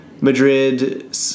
Madrid